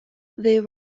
they